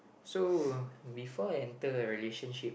so before I enter a relationship